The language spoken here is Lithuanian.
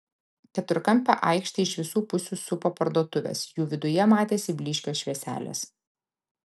keturkampę aikštę iš visų pusių supo parduotuvės jų viduje matėsi blyškios švieselės